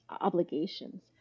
obligations